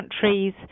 countries